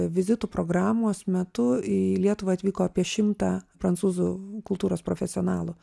vizitų programos metu į lietuvą atvyko apie šimtą prancūzų kultūros profesionalų